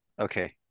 Okay